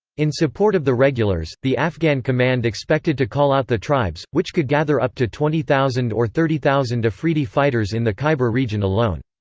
in support of the regulars, the afghan command expected to call out the tribes, which could gather up to twenty thousand or thirty thousand afridi fighters in the khyber region alone.